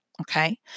okay